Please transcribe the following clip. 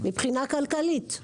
מבחינה כלכלית?